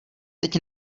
teď